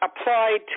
applied